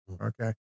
Okay